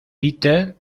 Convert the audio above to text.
peter